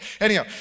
Anyhow